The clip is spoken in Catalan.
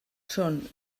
són